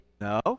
No